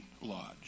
lodge